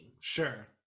sure